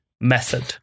method